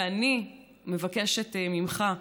ואני מבקשת ממך,